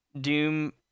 Doom